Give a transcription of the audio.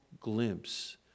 glimpse